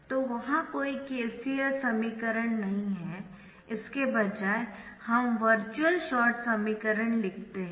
तो वहाँ कोई KCL समीकरण नहीं है इसके बजाय हम वर्चुअल शॉर्टसमीकरण लिखते है